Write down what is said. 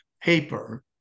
paper